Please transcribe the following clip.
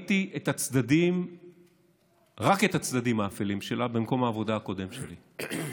ראיתי רק את הצדדים האפלים שלה במקום העבודה הקודם שלי.